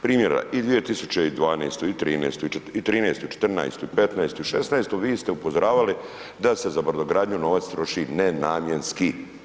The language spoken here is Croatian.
Primjera i 2012. i '13.,'14.,'15. i '16. vi ste upozoravali da se za brodogradnju novac troši ne namjenski.